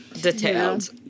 detailed